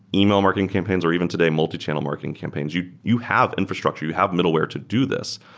email marketing campaigns or even today multichannel marketing campaigns, you you have infrastructure. you have middleware to do this,